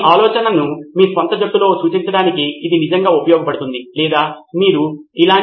నితిన్ కురియన్ లేదా నిరంతర మూల్యాంకన వ్యవస్థ మీరు దీన్ని నిరంతర మూల్యాంకన వ్యవస్థలోకి తీసుకురావచ్చు కాబట్టి మీరు ఉత్తమ సహకారి